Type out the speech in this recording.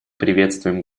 приветствуем